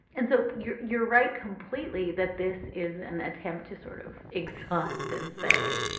and so you're you're right completely that this is an attempt to sort of exhaust and say,